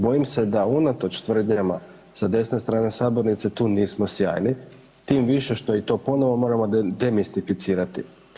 Bojim se da unatoč tvrdnjama sa desne strane sabornice tu nismo sjajni tim više što i to ponovo moramo demistificirati.